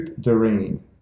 Doreen